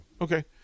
Okay